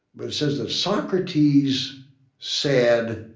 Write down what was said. but it says that socrates said